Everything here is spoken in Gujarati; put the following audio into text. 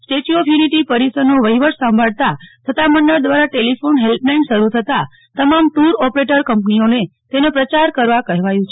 સ્ટેચ્યુ ઓફ યુનિટી પરિસર નો વહીવટ સાંભળતા સતામંડળ દ્વારા ટેલિફોન હેલ્પલાઇન શરૂ થતાં તમામ ટુર ઓપરેટર કંપનીઓ ને તેનો પ્રચાર કરવા કહેવાયું છે